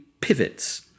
pivots